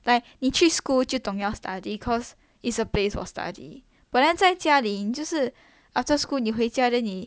like 你去 school 就懂要 study cause it's a place for study but then 在家里你就是 after school 你回家 then 你